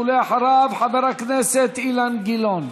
אחריו, חבר הכנסת אילן גילאון.